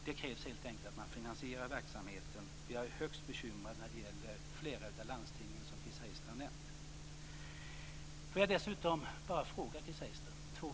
Det krävs helt enkelt att man finansierar verksamheten, och jag är högst bekymrad när det gäller flera av de landsting som Chris Heister har nämnt. Jag vill dessutom ställa två frågor till Chris Heister.